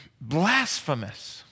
blasphemous